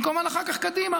וכמובן אחר כך קדימה.